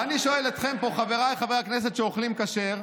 ואני שואל אתכם פה, חבריי חברי הכנסת שאוכלים כשר: